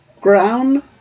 ground